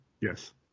Yes